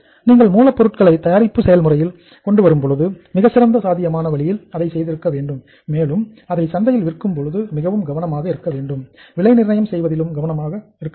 நீங்கள் மூலப் பொருள்களையும் தயாரிப்பு செயல்முறையில் கொண்டு வரும்பொழுது மிகச் சிறந்த சாத்தியமான வழியில் அதை செய்திருக்க வேண்டும் மேலும் நீங்கள் அதை சந்தையில் விற்கும் பொழுது மிகவும் கவனமாக இருக்க வேண்டும் மேலும் விலை நிர்ணயம் செய்ததிலும் கவனமாக இருக்க வேண்டும்